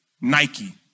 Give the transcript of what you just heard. Nike